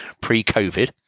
pre-COVID